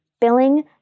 billing